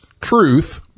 truth